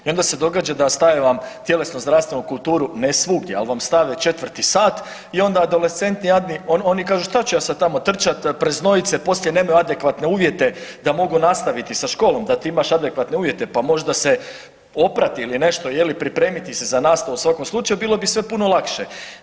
I onda se događa da stave vam tjelesno zdravstvenu kulturu, ne svugdje, ali vam stave 4 sat i onda adolescenti jadni oni kažu šta ću sad ja tamo trčat, preznojit se, poslije nemaju adekvatne uvjete da mogu nastaviti sa školom, da ti imaš adekvatne uvjete pa možda se oprati ili nešto je li pripremiti se za nastavu u svakom slučaju bilo bi sve puno lakše.